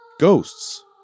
ghosts